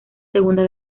segunda